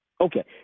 Okay